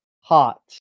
hot